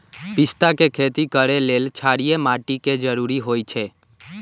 पिस्ता के खेती करय लेल क्षारीय माटी के जरूरी होई छै